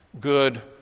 good